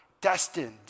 destined